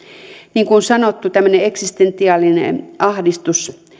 niin kuin sanottu tämmöiseen eksistentiaaliseen ahdistukseen